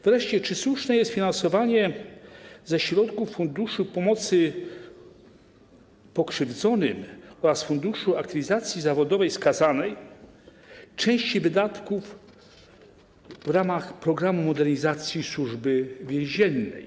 Wreszcie czy słuszne jest finansowanie ze środków funduszu pomocy pokrzywdzonym oraz Funduszu Aktywizacji Zawodowej Skazanych części wydatków w ramach programu modernizacji Służby Więziennej?